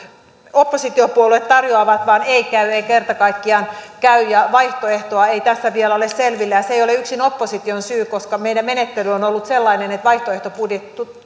oppositiopuolueet tarjoavat vain että ei käy ei kerta kaikkiaan käy ja vaihtoehtoa ei tässä vielä ole selvillä se ei ole yksin opposition syy koska meidän menettelymme on on ollut sellainen että vaihtoehtobudjetit